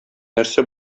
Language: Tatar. нәрсә